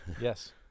Yes